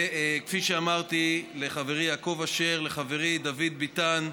וכפי שאמרתי, לחברי יעקב אשר, לחברי דוד ביטן,